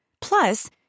Plus